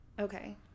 okay